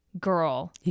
girl